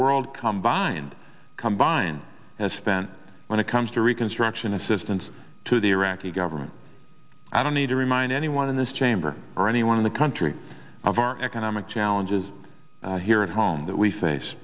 world combined combined has spent when it comes to reconstruction assistance to the iraqi government i don't need to remind anyone in this chamber or anyone in the country of our economic challenges here at home that we face